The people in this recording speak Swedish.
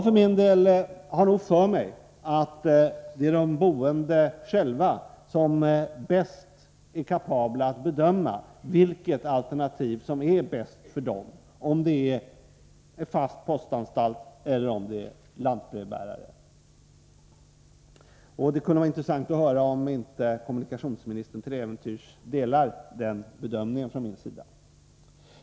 För min del tror jag att det är de boende själva som är mest kapabla att bedöma vilket alternativ som är bäst för dem, en fast postanstalt eller lantbrevbärare. Det kunde vara intressant att höra om inte kommunikationsministern till äventyrs delar den uppfattningen.